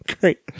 Great